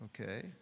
Okay